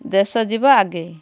ଦେଶ ଯିବ ଆଗେଇ